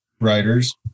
writers